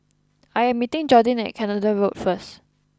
I am meeting Jordin at Canada Road first